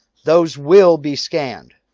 those will be scanned.